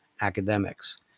academics